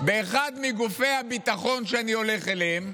באחד מגופי הביטחון שאני הולך אליהם